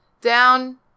down